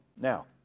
Now